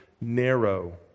narrow